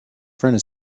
friend